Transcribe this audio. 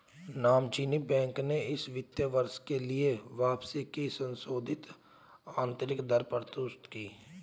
नामचीन बैंक ने इस वित्त वर्ष के लिए वापसी की संशोधित आंतरिक दर प्रस्तुत की